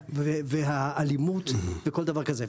והאלימות וכל דבר כזה.